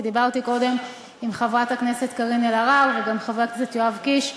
כי דיברתי קודם עם חברת הכנסת קארין אלהרר וגם עם חבר הכנסת יואב קיש,